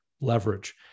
leverage